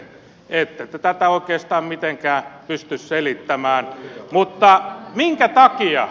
ette te tätä oikeastaan mitenkään pysty selittämään mutta minkä takia